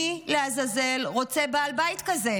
מי לעזאזל רוצה בעל בית כזה?